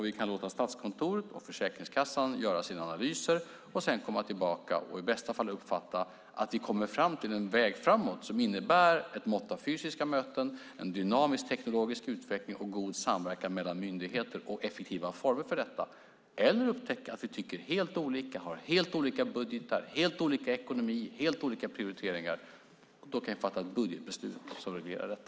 Vi kan låta Statskontoret och Försäkringskassan göra sina analyser och sedan komma tillbaka och i bästa fall uppfatta att vi är på en väg som går framåt och som innebär ett mått av fysiska möten, en dynamisk teknologisk utveckling och god samverkan mellan myndigheter och effektiva former för detta - eller upptäcka att vi tycker helt olika och har helt olika budgetar, helt olika ekonomi och helt olika prioriteringar. Då kan vi fatta ett budgetbeslut som reglerar detta.